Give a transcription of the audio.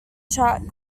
chart